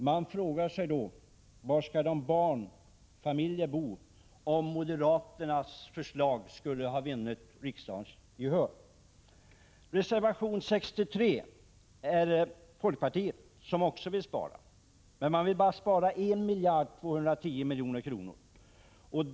Man frågar sig: Var skall barnfamiljerna bo, om moderaternas förslag vinner riksdagens gehör? Reservation 63 är avgiven av folkpartiet, som också vill spara, men bara 1 210 milj.kr.